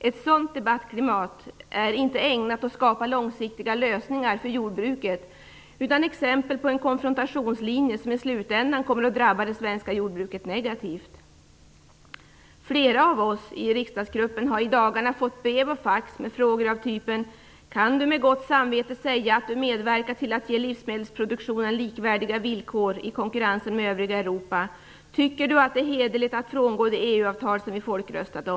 Ett sådant debattklimat är inte ägnat att skapa långsiktiga lösningar för jordbruket utan exempel på en konfrontationslinje som i slutänden kommer att drabba det svenska jordbruket negativt. Flera av oss i riksdagsgruppen har i dagarna fått brev och fax med frågor av typen: "Kan du med gott samvete säga att du medverkar till att ge livsmedelsproduktionen likvärdiga villkor i konkurrensen med övriga Europa?" eller "Tycker du att det är hederligt att frångå det EU-avtal som vi folkomröstat om?"